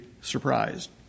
surprised